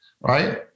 right